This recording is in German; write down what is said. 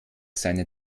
seine